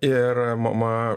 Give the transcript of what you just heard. ir mama